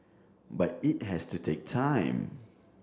but it has to take time